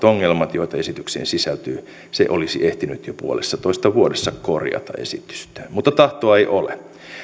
joita esitykseen sisältyy se olisi ehtinyt jo puolessatoista vuodessa korjata esitystään mutta tahtoa ei ole